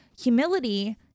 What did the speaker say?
humility